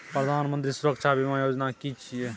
प्रधानमंत्री सुरक्षा बीमा योजना कि छिए?